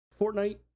Fortnite